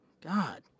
God